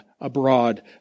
abroad